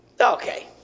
Okay